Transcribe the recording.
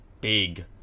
big